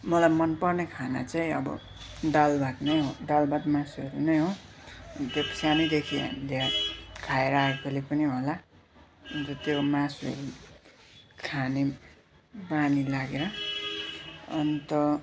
मलाई मन पर्ने खाना चाहिँ अब दाल भात नै हो दाल भात मासुहरू नै हो त्यो सानोदेखि हामीले खाएर आएकाले पनि होला अन्त त्यो मासु खाने बानी लागेर अन्त